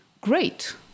great